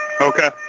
Okay